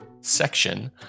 section